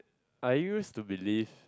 I used to believe